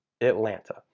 Atlanta